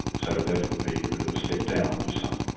so that would be a bit of a step down for some.